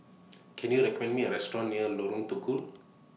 Can YOU recommend Me A Restaurant near Lorong Tukol